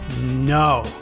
no